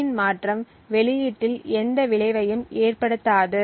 A இன் மாற்றம் வெளியீட்டில் எந்த விளைவையும் ஏற்படுத்தாது